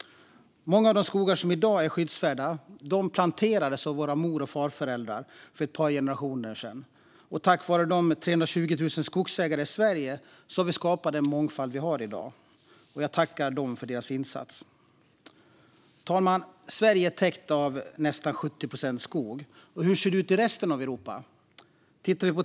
Många av de skogar som i dag är skyddsvärda planterades av våra mor och farföräldrar för ett par generationer sedan. Tack vare de 320 000 skogsägarna i Sverige har vi skapat den mångfald vi har i dag. Jag tackar dem för deras insats. Fru talman! Sverige är täckt av nästan 70 procent skog. Hur ser det ut i resten av Europa?